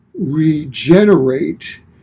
Regenerate